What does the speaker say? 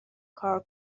کار